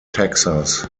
texas